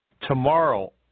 Tomorrow